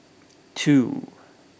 two